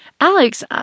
Alex